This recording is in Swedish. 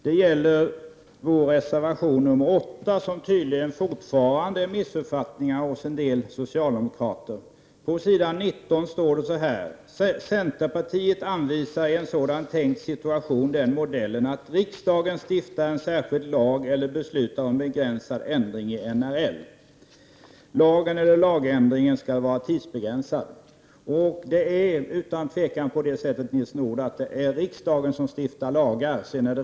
Det gäller först vår reservation 8, som tydligen fortfarande ger upphov till missuppfattningar hos en del socialdemokrater. På s. 19 i betänkandet står det så här: ”Centerpartiet anvisar i en sådan tänkt situation den modellen att riksdagen stiftar en särskild lag eller beslutar om en begränsad ändring i NRL. Lagen eller lagändringen skall vara tidsbegränsad.” Otvivelaktigt är det, Nils Nordh, riksdagen som stiftar lagar.